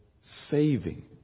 saving